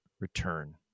return